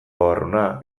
babarruna